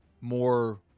more